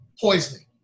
poisoning